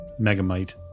megamite